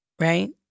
right